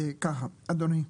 אדוני,